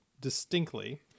distinctly